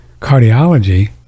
Cardiology